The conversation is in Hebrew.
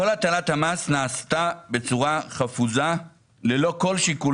כל הטלת המס נעשתה בצורה חפוזה ללא כל שיקול